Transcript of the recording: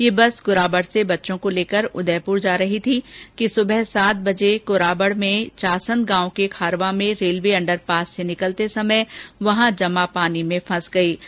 ये बस क्राबड़ से बच्चों को लेकर उदयपुर आ रही थी कि सुबह करीब सात बजे कुराबड़ में चांसद गांव के खारवा में रेलवे अंडरपास से निकलते समय वहाँ जमा पानी में फंस गई ै